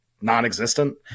non-existent